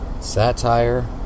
Satire